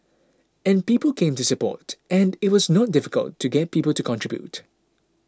and people came to support and it was not difficult to get people to contribute